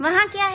वहां क्या है